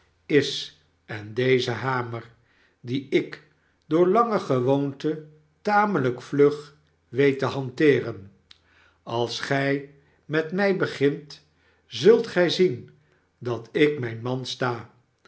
is en dezen hamer dien ik door lange gewoonte tamelijk vlug weet te hanteeren als gij met mij begint zult gij zien dat ik mijn man sta